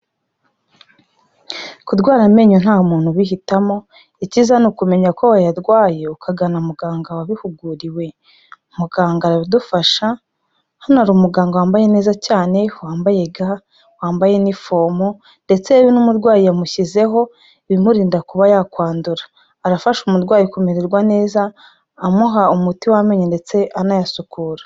Kurwara amenyo nta muntu ubihitamo, icyiza ni ukumenya ko wayarwaye ukagana muganga wabihuguriwe. Muganga aradufasha, hano hari umuganga wambaye neza cyane, wambaye ga, wambaye inifomo ndetse n'umurwayi yamushyizeho ibimurinda kuba yakwandura. Arafasha umurwayi kumererwa neza amuha umuti w'amenyo ndetse anayasukura.